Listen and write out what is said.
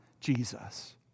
Jesus